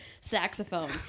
saxophone